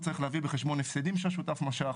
צריך להביא בחשבון הפסדים שהשותף משך